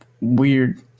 weird